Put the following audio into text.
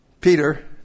Peter